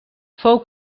fou